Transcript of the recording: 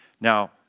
Now